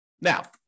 Now